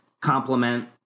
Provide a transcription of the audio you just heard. complement